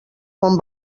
bon